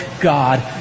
God